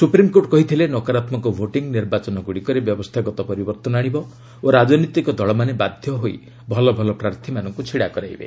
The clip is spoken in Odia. ସୁପ୍ରିମ୍କୋର୍ଟ କହିଥିଲେ ନକାରାତ୍ମକ ଭୋଟିଂ ନିର୍ବାଚନଗୁଡ଼ିକରେ ବ୍ୟବସ୍ଥାଗତ ପରିବର୍ତ୍ତନ ଆଣିବ ଓ ରାଜନୈତିକ ଦଳମାନେ ବାଧ୍ୟ ହୋଇ ଭଲ ଭଲ ପ୍ରାର୍ଥୀମାନଙ୍କୁ ଛିଡ଼ା କରାଇବେ